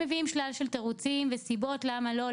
הם מביאים שלל תירוצים וסיבות למה לא.